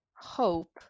hope